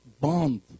bond